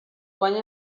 guany